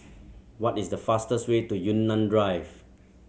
what is the fastest way to Yunnan Drive